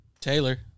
Taylor